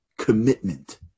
commitment